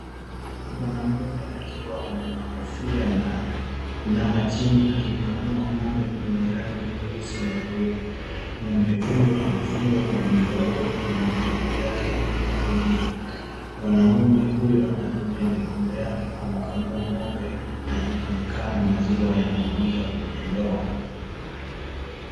Mwanamume akiwa amevaa kofia na ameinama chini akimkamua ngombe mwenye rangi nyeusi na nyeupe. Ngombe huyo amefungwa kwa minyororo kwenye miguu yake ili kutulia. Mwanamume huyo anatumia mikono yake kumkamua ngombe na inaonekana maziwa yanamwagika kwenye ndoo.